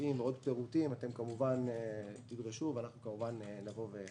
נושאים ועוד פירוטים שאתם תדרשו אנחנו כמובן נבוא ונציג.